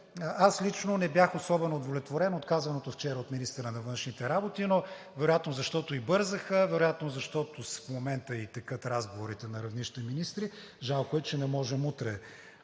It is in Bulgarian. аз лично не бях особено удовлетворен от казаното вчера от министъра на външните работи, но вероятно защото и бързаха, вероятно защото в момента текат разговорите на равнище министри. Жалко е, че не можем утре